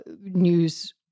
news